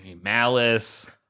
malice